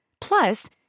Plus